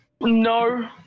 No